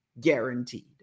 guaranteed